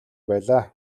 байлаа